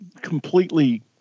completely